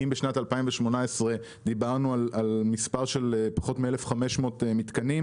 אם בשנת 2018 דיברנו על מספר של פחות מ-1,500 מתקנים,